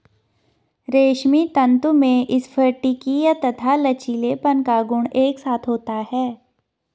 रेशमी तंतु में स्फटिकीय तथा लचीलेपन का गुण एक साथ होता है